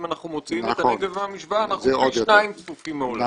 אם אנחנו מוציאים את הנגב מהמשוואה אנחנו פי שניים צפופים מהעולם.